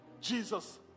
Jesus